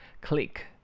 Click